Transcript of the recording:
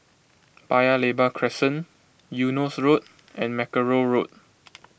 Paya Lebar Crescent Eunos Road and Mackerrow Road